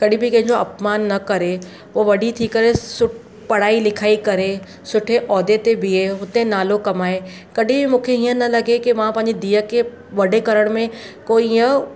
कॾहिं बि कंहिंजो अपमान न करे उहा वॾी थी मकरे सु पढ़ाई लिखाई करे सुठे उहिदे ते बिहे हुते नालो कमाए कॾहिं बि मूंखे हीअं न लॻे कि मां पंहिंजी धीउ खे वॾे करण में कोई हीअं